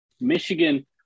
Michigan